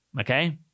Okay